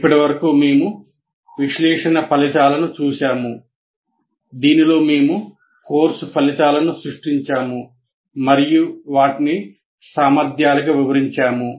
ఇప్పటివరకు మేము విశ్లేషణ ఫలితాలను చూశాము దీనిలో మేము కోర్సు ఫలితాలను సృష్టించాము మరియు వాటిని సామర్థ్యాలుగా వివరించాము